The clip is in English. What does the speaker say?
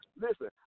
Listen